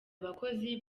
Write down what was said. abakozi